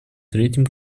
третьим